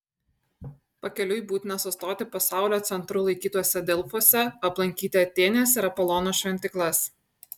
pakeliui būtina sustoti pasaulio centru laikytuose delfuose aplankyti atėnės ir apolono šventyklas